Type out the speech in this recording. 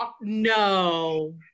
No